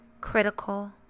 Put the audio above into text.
Critical